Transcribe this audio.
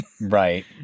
Right